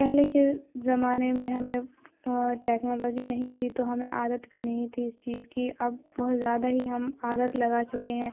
پہلے کے زمانے میں ہمیں ٹیکنالوجی نہیں تھی تو ہمیں عادت بھی نہیں تھی اس چیز کی اب بہت زیادہ ہی ہم عادت لگا چکے ہیں